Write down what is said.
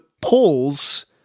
polls